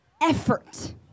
effort